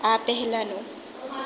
આ પહેલાંનું